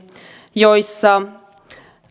joissa